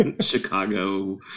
Chicago